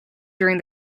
during